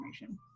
information